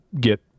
get